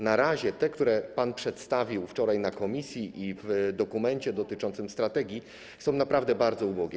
Na razie te, które pan przedstawił wczoraj na komisji i w dokumencie dotyczącym strategii, są naprawdę bardzo ubogie.